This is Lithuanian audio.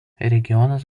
regionas